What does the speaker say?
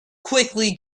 quickly